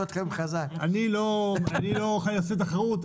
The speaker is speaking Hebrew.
אני לא עושה תחרות,